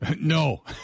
No